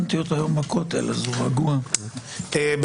לא.